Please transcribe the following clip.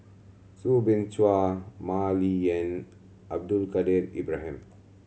Soo Bin Chua Mah Li Lian Abdul Kadir Ibrahim